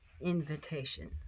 invitation